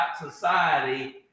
society